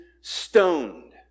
stoned